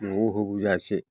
न'आव होबोजासे